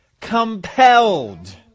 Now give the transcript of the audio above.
compelled